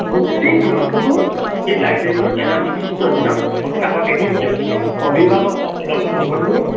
গোটেই বস্তুবোৰ সেই লাইব্ৰেৰীটোত এটা নিৰ্দিষ্ট দিনত সপ্তাহত এদিনকে অভিভাৱকসকলক লগতলৈ